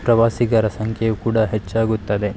ಪ್ರವಾಸಿಗರ ಸಂಖ್ಯೆಯು ಕೂಡ ಹೆಚ್ಚಾಗುತ್ತದೆ